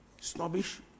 snobbish